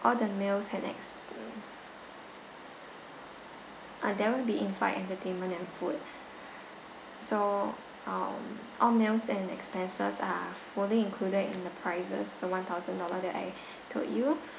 all the meals had explo~ uh there will be in flight entertainment and food so um all meals and expenses are fully included in the prices the one thousand dollar that I told you